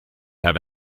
have